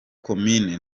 komine